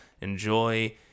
enjoy